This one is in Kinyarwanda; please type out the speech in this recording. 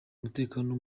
umutekano